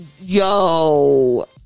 Yo